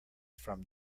from